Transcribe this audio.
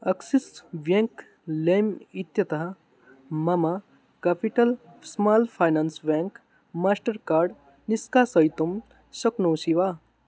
Axis bank लेम् इत्यतः मम capital small finance bank Mastercard निष्कासयितुं शक्नोषि वा